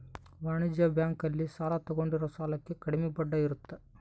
ವಾಣಿಜ್ಯ ಬ್ಯಾಂಕ್ ಅಲ್ಲಿ ಸಾಲ ತಗೊಂಡಿರೋ ಸಾಲಕ್ಕೆ ಕಡಮೆ ಬಡ್ಡಿ ಇರುತ್ತ